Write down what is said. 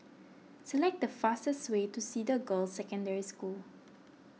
select the fastest way to Cedar Girls' Secondary School